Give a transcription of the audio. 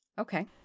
Okay